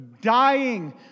dying